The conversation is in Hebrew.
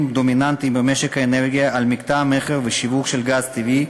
דומיננטיים במשק האנרגיה על מקטע המכר והשיווק של גז טבעי,